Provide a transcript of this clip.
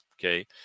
okay